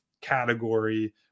category